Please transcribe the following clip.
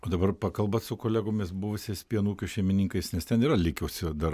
o dabar pakalbat su kolegomis buvusiais pieno ūkio šeimininkais nes ten yra likusio dar